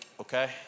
okay